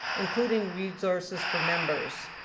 including resources for members.